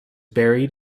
buried